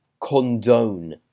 condone